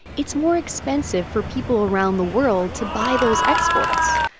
it's more expensive for people around the world to buy those exports.